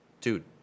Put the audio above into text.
Dude